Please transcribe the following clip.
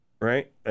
right